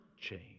change